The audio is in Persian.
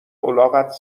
الاغت